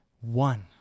one